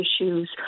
issues